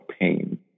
pain